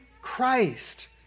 Christ